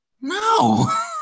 No